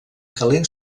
calent